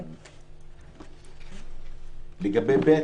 לגבי (ב),